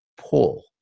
pull